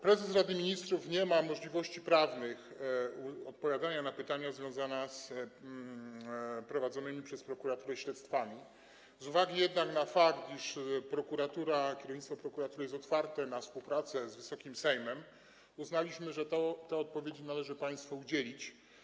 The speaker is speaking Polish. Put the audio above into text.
Prezes Rady Ministrów nie ma możliwości prawnych odpowiadania na pytania związane z prowadzonymi przez prokuraturę śledztwami, jednak z uwagi na fakt, iż prokuratura, kierownictwo prokuratury jest otwarte na współpracę z Wysokim Sejmem, uznaliśmy, że tych odpowiedzi należy państwu udzielić.